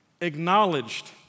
acknowledged